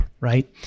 right